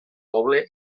poble